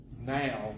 Now